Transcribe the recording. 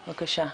בבקשה.